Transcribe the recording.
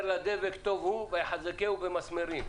האומר לדבק טוב הוא ויחזקהו במסמרים.